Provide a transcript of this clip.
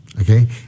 Okay